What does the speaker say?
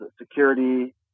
security